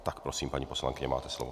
Tak prosím, paní poslankyně, máte slovo.